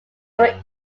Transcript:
were